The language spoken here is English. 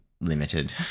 limited